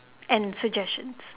and suggestions